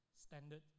standard